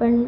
पण